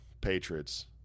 Patriots